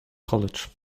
college